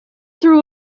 through